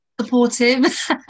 supportive